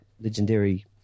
legendary